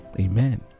Amen